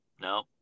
no